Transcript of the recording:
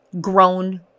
grown